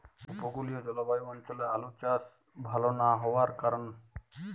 উপকূলীয় জলবায়ু অঞ্চলে আলুর চাষ ভাল না হওয়ার কারণ?